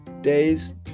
days